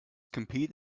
compete